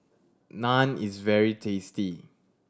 naan is very tasty